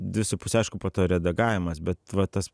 dvi su puse aišku po to redagavimas bet va tas